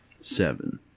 seven